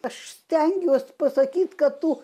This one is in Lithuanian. aš stengiuos pasakyt kad tu